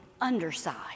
underside